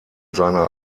seiner